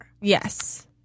Yes